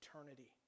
eternity